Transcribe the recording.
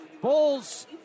Bulls